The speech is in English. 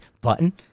button